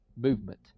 movement